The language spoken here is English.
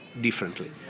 differently